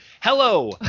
Hello